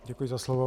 Děkuji za slovo.